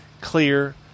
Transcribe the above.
clear